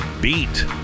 beat